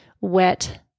wet